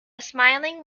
smiling